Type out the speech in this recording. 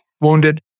wounded